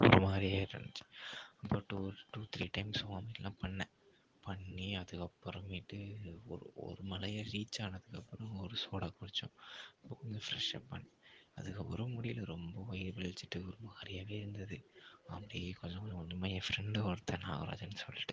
ஒருமாதிரியே இருந்துச்சு அப்புறம் two two three times வாமிட்லாம் பண்ணேன் பண்ணி அதுக்கப்பறமேட்டு ஒரு ஒரு மலையை ரீச் ஆனதுக்கப்பறம் ஒரு சோடா குடிச்சோம் அப்போ கொஞ்சம் ஃபிரெஷ் அப் ஆனேன் அதுக்கப்பறம் முடியல ரொம்ப வயிறு வலிச்சுட்டு ஒரு மாரியாகவே இருந்துது அப்படியே கொஞ்ச கொஞ்ச கொஞ்சமாக என் ஃப்ரெண்டு ஒருத்தன் நாகராஜன்னு சொல்லிட்டு